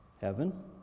heaven